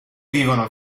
vivono